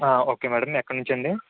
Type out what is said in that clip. okay madam ఎక్కడ నుంచి అండి